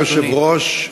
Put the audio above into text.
אדוני היושב-ראש,